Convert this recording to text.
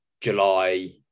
July